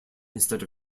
instead